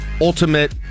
ultimate